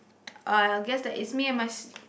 uh I'll guess that is me and my